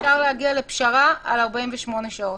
אפשר להגיע לפשרה על 48 שעות.